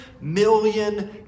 million